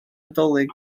nadolig